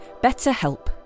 BetterHelp